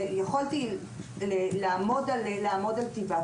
שיכולתי לעמוד על טיבה.